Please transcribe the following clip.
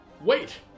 Wait